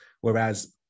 Whereas